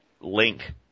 link